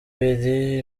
biri